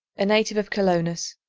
a native of colonus.